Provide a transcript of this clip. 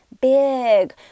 big